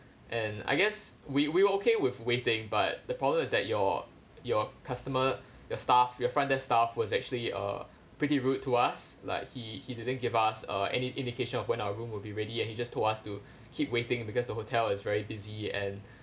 and I guess we we were okay with waiting but the problem is that your your customer your staff your front desk staff was actually uh pretty rude to us like he he didn't give us uh any indication of when our room will be ready and he just told us to keep waiting because the hotel is very busy and